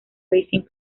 racing